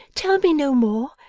tell me no more.